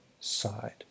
side